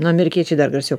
amerikiečiai dar garsiau